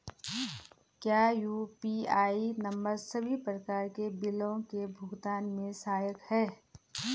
क्या U P I number सभी प्रकार के बिलों के भुगतान में सहायक हैं?